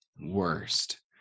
Worst